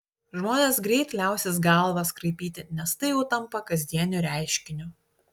žmonės greit liausis galvas kraipyti nes tai jau tampa kasdieniu reiškiniu